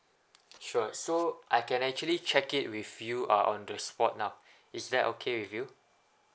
sure so I can actually check it with you uh on the spot now is that okay with you